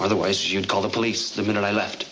otherwise you'd call the police the minute i left